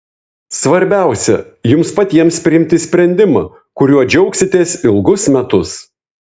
svarbiausia jums patiems priimti sprendimą kuriuo džiaugsitės ilgus metus